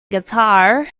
guitar